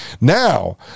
now